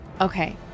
Okay